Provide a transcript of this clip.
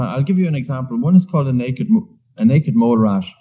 i'll give you an example. one is called a naked ah naked mole rat.